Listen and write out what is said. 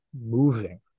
moving